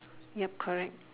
yup correct